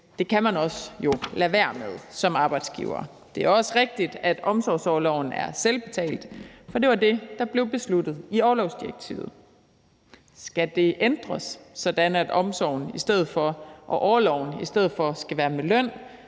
det kan man jo også lade være med som arbejdsgiver. Det er også rigtigt, at omsorgsorloven er selvbetalt, for det var det, der blev besluttet i orlovsdirektivet. Skal det ændres, sådan at omsorgsorloven i stedet for skal være med løn,